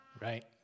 right